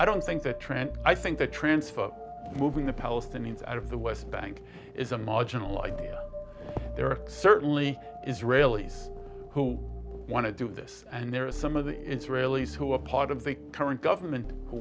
i don't think that trent i think the transfer of moving the palestinians out of the west bank is a marginal idea there are certainly israelis who want to do this and there are some of the israelis who a part of the current government w